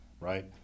right